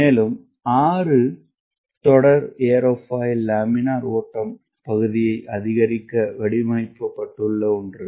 மேலும் 6 தொடர் aerofoil laminar ஓட்டம் கொண்ட பகுதியை அதிகரிக்க வடிவமைக்கப்பட்டுள்ளது